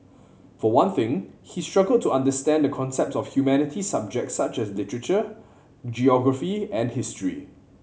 for one thing he struggled to understand the concepts of humanities subjects such as literature geography and history